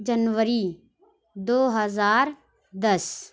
جنوری دو ہزار دس